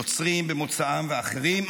נוצרים במוצאם ואחרים,